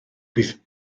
bydd